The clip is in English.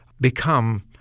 become